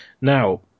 Now